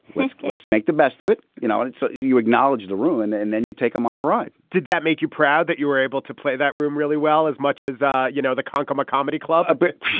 let's let's make the best of it. you know and it's so you you acknowledge the ruin and then you take them on the right did that make you proud that you were able to play that room really well as much as um you know the can't come a comedy club because but you